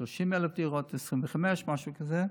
30,000 דירות, 25,000, משהו כזה.